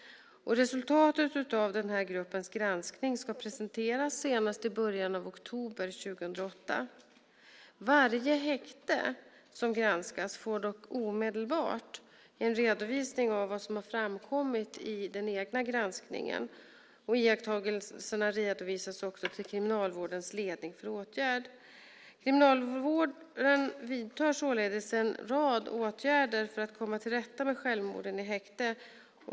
Resultatet av expertgruppens granskning ska presenteras senast i början av oktober 2008. Varje häkte som granskats får dock omedelbart en redovisning av vad som framkommit vid granskningen. Iakttagelserna redovisas också till Kriminalvårdens ledning för åtgärd. Kriminalvården vidtar således en rad åtgärder för att komma till rätta med självmorden i häkte.